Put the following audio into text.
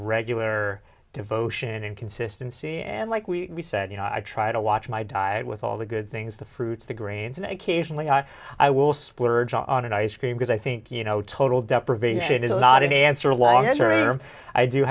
regular devotion and consistency and like we said you know i try to watch my diet with all the good things the fruits the grains and occasionally i will splurge on an ice cream because i think you know total deprivation is a lot of the answer a luxury or i do